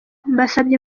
mbasabye